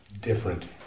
different